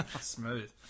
Smooth